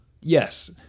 Yes